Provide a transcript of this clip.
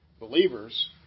believers